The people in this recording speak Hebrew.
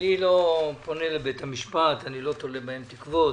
אני לא פונה לבית המשפט, אני לא תולה בהם תקוות.